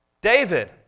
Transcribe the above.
David